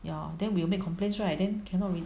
ya then we will make complaints right then cannot r~